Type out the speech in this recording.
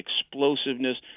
explosiveness